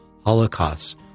holocaust